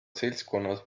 seltskonnas